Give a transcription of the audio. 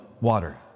water